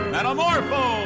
Metamorpho